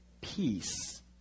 peace